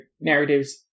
narratives